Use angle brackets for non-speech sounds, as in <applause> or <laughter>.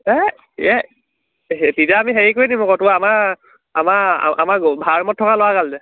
এই এই সেই তেতিয়া আমি হেৰি কৰিম আকৌ তোৰ আমাৰ আমাৰ আমাৰ <unintelligible> ভাড়া ৰুমত থকা ল'ৰাগাল যে